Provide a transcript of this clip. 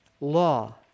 law